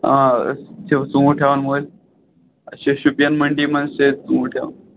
آ أسۍ چھِ ژوٗنٛٹھۍ ہٮ۪وان مٔلۍ أسۍ چھِ شُپیَن مٔنڈی مَنٛزچھِ أسۍ ژوٗنٛٹھۍ ہٮ۪وان